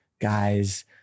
guys